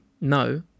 no